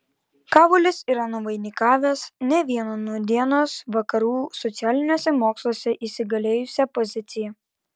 kavolis yra nuvainikavęs ne vieną nūdienos vakarų socialiniuose moksluose įsigalėjusią poziciją